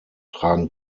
tragen